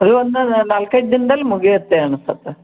ಅದು ಒಂದು ನಾಲಕ್ಕೈದು ದಿನ್ದಲ್ಲಿ ಮುಗಿಯುತ್ತೆ ಅನಿಸುತ್ತೆ